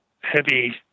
heavy